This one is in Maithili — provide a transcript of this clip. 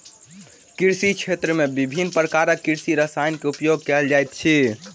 कृषि क्षेत्र में विभिन्न प्रकारक कृषि रसायन के उपयोग कयल जाइत अछि